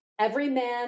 Everyman